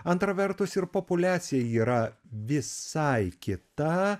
antra vertus ir populiacija yra visai kita